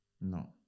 no